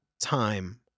time